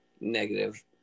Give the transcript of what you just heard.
negative